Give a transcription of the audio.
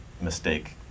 mistake